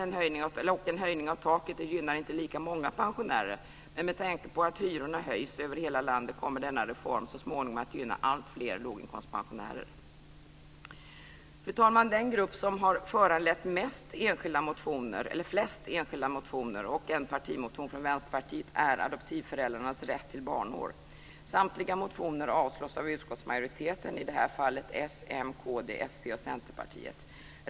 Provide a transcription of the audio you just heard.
En höjning av taket gynnar inte lika många pensionärer, men med tanke på att hyrorna höjs över hela landet kommer denna reform så småningom att gynna alltfler låginkomstpensionärer. Fru talman! Den fråga som har föranlett flest enskilda motioner och en partimotion från Vänsterpartiet är adoptivföräldrarnas rätt till barnår. Utskottsmajoriteten, i det här fallet s, m, kd, fp och c, föreslår att samtliga motioner avslås.